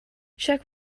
check